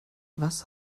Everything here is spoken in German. was